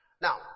Now